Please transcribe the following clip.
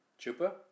Chupa